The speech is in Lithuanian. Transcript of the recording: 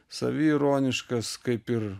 saviironiškas kaip ir